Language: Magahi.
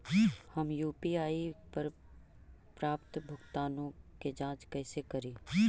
हम यु.पी.आई पर प्राप्त भुगतानों के जांच कैसे करी?